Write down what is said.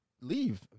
leave